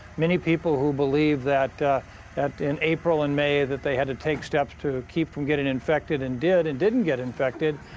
many people who believed that in april and may that they had to take steps to keep from getting infected and did, and didn't get infected,